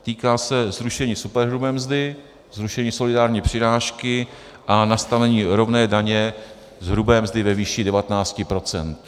Týká se zrušení superhrubé mzdy, zrušení solidární přirážky a nastavení rovné daně z hrubé mzdy ve výši 19 %.